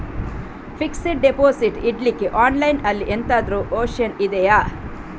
Fixed deposit ಇಡ್ಲಿಕ್ಕೆ online ಅಲ್ಲಿ ಎಂತಾದ್ರೂ ಒಪ್ಶನ್ ಇದ್ಯಾ?